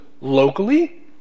locally